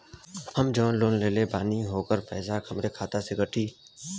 हम जवन लोन लेले बानी होकर पैसा हमरे खाते से कटी?